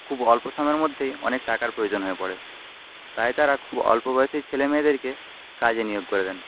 খুব অল্প সময়ের মধ্যেই অনেক টাকার প্রয়োজন হয়ে পরে তাই তারা খুব অল্পবয়সি ছেলেমেয়েদেরকে কাজে নিয়োগ করে দেন